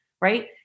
right